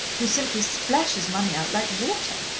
who simply splashes money out like water.